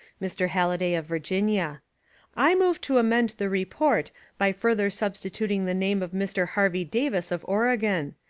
mr. halliday, of virginia i move to amend the report by further substituting the name of mr. har vey davis of oregon.